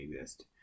exist